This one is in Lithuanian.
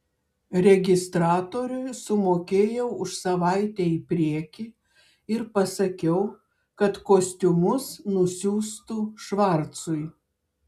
registratoriui sumokėjau už savaitę į priekį ir pasakiau kad kostiumus nusiųstų švarcui